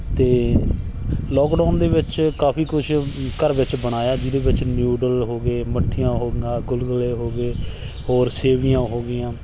ਅਤੇ ਲੋਕਡਾਊਨ ਦੇ ਵਿੱਚ ਕਾਫ਼ੀ ਕੁਝ ਘਰ ਵਿੱਚ ਬਣਾਇਆ ਜਿਹਦੇ ਵਿੱਚ ਨਿਊਡਲ ਹੋ ਗਏ ਮੱਠੀਆਂ ਹੋ ਗਈਆ ਗੁਲਗੁਲੇ ਹੋ ਗਏ ਹੋਰ ਸੇਮੀਆਂ ਹੋ ਗਈਆਂ